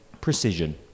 precision